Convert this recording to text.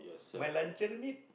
my luncheon meat